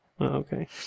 okay